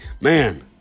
Man